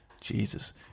Jesus